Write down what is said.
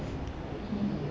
mmhmm